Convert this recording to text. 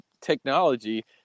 technology